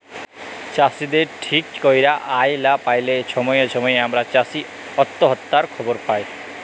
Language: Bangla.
চাষীদের ঠিক ক্যইরে আয় লা প্যাইলে ছময়ে ছময়ে আমরা চাষী অত্যহত্যার খবর পায়